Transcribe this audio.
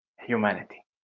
humanity